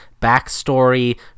Backstory